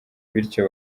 bityo